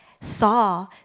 saw